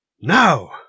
Now